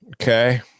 Okay